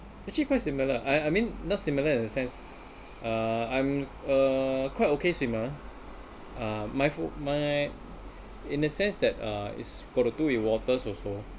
actually quite similar I I mean not similar in the sense uh I'm a quite okay swimmer uh my pho~ my in a sense that uh it's got to do with waters also